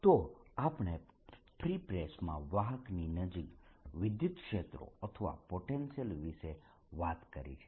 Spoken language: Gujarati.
તો આપણે ફ્રી સ્પેસ માં વાહકની નજીક વિદ્યુતક્ષેત્રો અથવા પોટેન્શિયલ વિશે વાત કરી છે